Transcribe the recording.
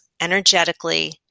energetically